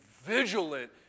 vigilant